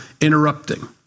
interrupting